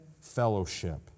fellowship